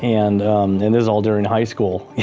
and then there's all during high school,